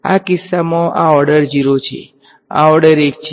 આ કિસ્સામાં આ ઓર્ડર ૦ છે આ ઓર્ડર ૧ છે